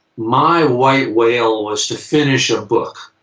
my white whale was to finish a book.